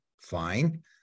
fine